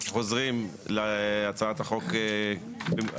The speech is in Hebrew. אנחנו חוזרים להצעת החוק המקורית.